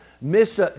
Miss